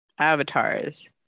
avatars